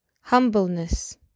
humbleness